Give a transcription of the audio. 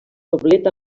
doblet